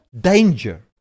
danger